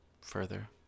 further